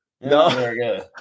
No